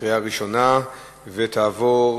התש"ע 2009,